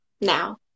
now